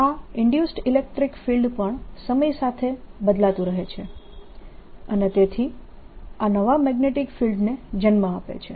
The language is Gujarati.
આ ઈન્ડયુસ્ડ ઇલેક્ટ્રીક ફિલ્ડ પણ સમય સાથે બદલાતું રહે છે અને તેથી આ નવા મેગ્નેટીક ફિલ્ડને જન્મ આપે છે